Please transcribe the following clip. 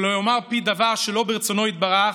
שלא יאמר פי דבר שלא ברצונו יתברך.